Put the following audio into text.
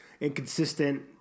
inconsistent